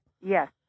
Yes